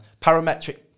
Parametric